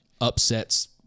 upsets